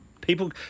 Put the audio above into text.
People